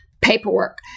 paperwork